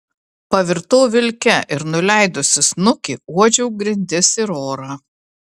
pavirtau vilke ir nuleidusi snukį uodžiau grindis ir orą